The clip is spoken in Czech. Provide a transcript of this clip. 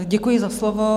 Děkuji za slovo.